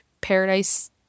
Paradise